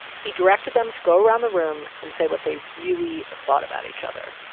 he directed them to go round the room and say what they really thought about each other.